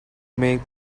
make